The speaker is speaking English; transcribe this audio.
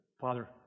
Father